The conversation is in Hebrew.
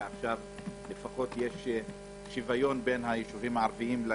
של משרד המשפטים ומשרד הבריאות לא